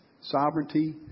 Sovereignty